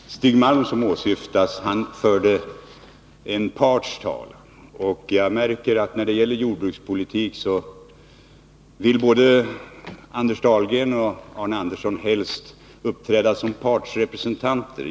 Herr talman! Stig Malm, som åsyftades, förde en parts talan. Och jag märker, att när det gäller jordbrukspolitik vill både Anders Dahlgren och Arne Andersson i Ljung helst uppträda som partsrepresentanter.